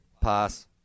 Pass